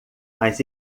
mas